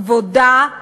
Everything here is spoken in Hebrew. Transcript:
כבודה,